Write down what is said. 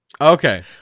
Okay